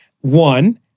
one